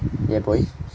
ya boy